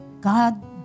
God